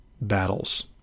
battles